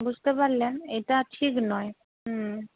বুঝতে পারলেন এটা ঠিক নয় হুম